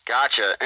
Gotcha